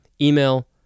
Email